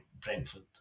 Brentford